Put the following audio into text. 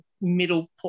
middle